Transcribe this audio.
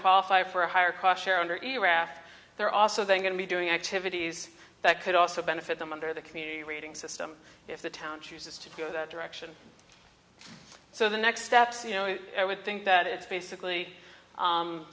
qualify for a higher cost share under erath they're also they're going to be doing activities that could also benefit them under the community rating system if the town chooses to go that direction so the next steps you know i would think that it's basically